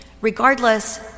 regardless